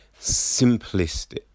simplistic